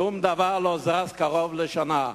שום דבר לא זז קרוב לשנה.